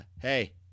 hey